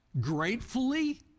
gratefully